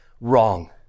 wrong